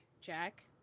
Jack